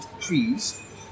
trees